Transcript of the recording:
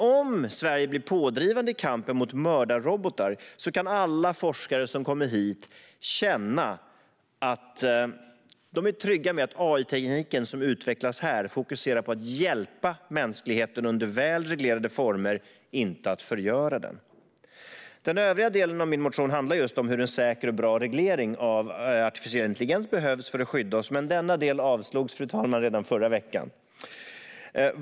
Om Sverige blir pådrivande i kampen mot mördarrobotar kan alla forskare som kommer hit känna sig trygga med att den AI-teknik som utvecklas här fokuserar på att hjälpa mänskligheten under väl reglerade former, inte att förgöra den. Den övriga delen av min motion handlar just om hur en säker och bra reglering av artificiell intelligens behövs för att skydda oss. Men denna del avstyrktes, fru talman, redan förra veckan.